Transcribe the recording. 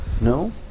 No